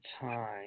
time